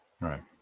right